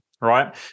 right